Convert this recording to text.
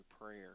prayer